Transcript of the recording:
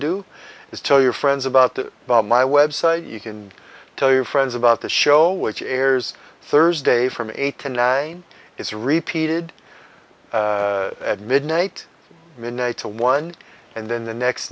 do is tell your friends about the my website you can tell your friends about the show which airs thursday from eight to nine is repeated at midnight midnight to one and then the next